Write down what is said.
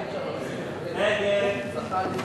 ההצעה להסיר מסדר-היום את הצעת חוק העונשין (תיקון,